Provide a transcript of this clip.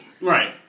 Right